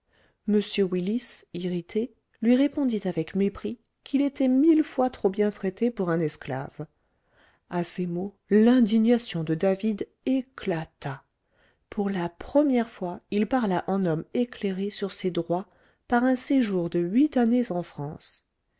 m willis irrité lui répondit avec mépris qu'il était mille fois trop bien traité pour un esclave à ces mots l'indignation de david éclata pour la première fois il parla en homme éclairé sur ses droits par un séjour de huit années en france